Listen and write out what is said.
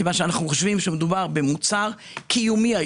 מכיוון שאנחנו חושבים שמדובר במוצר קיומי,